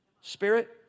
Spirit